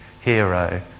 hero